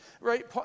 right